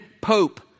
pope